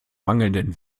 mangelnden